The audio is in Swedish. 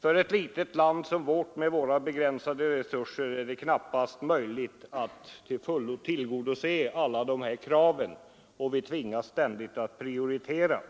för ett litet land som vårt med begränsade resurser är det knappast möjligt att tillgodose alla önskemål. Vi tvingas ständigt att prioritera.